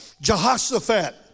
Jehoshaphat